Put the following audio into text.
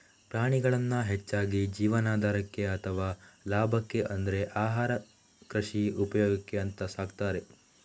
ಪ್ರಾಣಿಗಳನ್ನ ಹೆಚ್ಚಾಗಿ ಜೀವನಾಧಾರಕ್ಕೆ ಅಥವಾ ಲಾಭಕ್ಕೆ ಅಂದ್ರೆ ಆಹಾರ, ಕೃಷಿ ಉಪಯೋಗಕ್ಕೆ ಅಂತ ಸಾಕ್ತಾರೆ